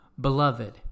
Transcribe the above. Beloved